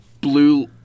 blue